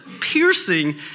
piercing